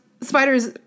spiders